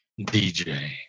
DJ